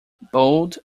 bold